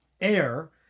air